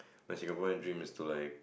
my Singapore and dream is to like